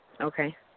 Okay